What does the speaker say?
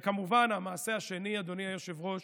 וכמובן, המעשה השני, אדוני היושב-ראש,